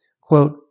quote